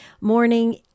morning